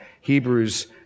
Hebrews